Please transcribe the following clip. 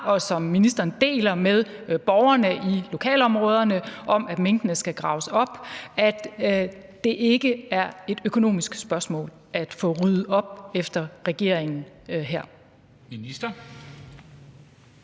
og som ministeren deler med borgerne i lokalområderne, om, at minkene skal graves op, ikke er et økonomisk spørgsmål, altså at få ryddet op efter regeringen her. Kl.